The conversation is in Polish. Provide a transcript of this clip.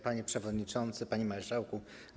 Panie Przewodniczący! Panie Marszałku!